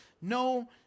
no